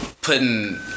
putting